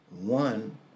One